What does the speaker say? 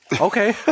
Okay